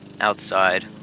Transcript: Outside